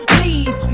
leave